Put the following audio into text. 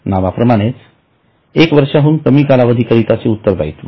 नावा प्रमाणेच एक वर्षाहून कमी कालावधी करिताचे उत्तरदायित्व